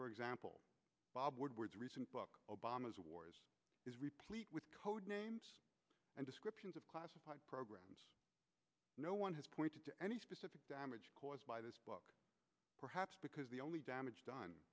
for example bob woodward's recent book obama's wars is replete with code names and descriptions of classified programs no one has pointed to any specific damage caused by this book perhaps because the only damage done